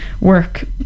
work